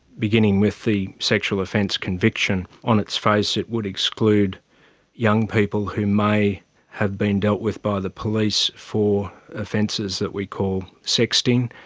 beginning with the sexual offence conviction. on its face it would exclude young people who may have been dealt with by the police for offences that we call sexting,